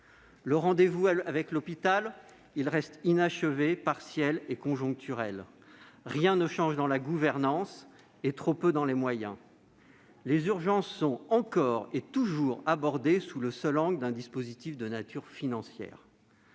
Le rendez-vous avec l'hôpital reste inachevé, partiel et conjoncturel. Rien ne change dans la gouvernance et trop peu dans les moyens. Les urgences sont encore et toujours abordées sous le seul angle d'un dispositif de nature financière.